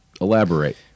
elaborate